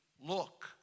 look